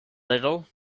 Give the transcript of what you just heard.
little